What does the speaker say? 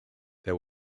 there